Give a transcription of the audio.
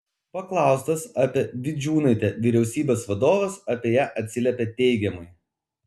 paklaustas apie vildžiūnaitę vyriausybės vadovas apie ją atsiliepė teigiamai